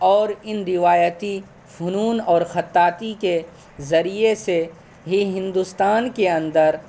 اور ان روایتی فنون اور خطاطی کے ذریعے سے ہی ہندوستان کے اندر